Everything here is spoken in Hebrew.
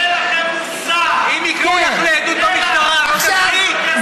אין לכם מוסר, אם יקראו לך לעדות במשטרה, לא תלכי?